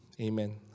Amen